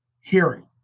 hearing